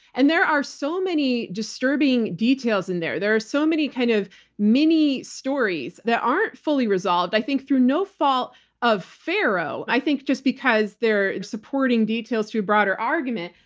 and there are so many disturbing details in there. there are so many kind of mini stories that aren't fully resolved, i think through no fault of farrow. i think just because they're supporting details through broader argument.